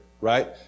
right